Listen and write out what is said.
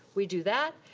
we do that.